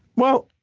well,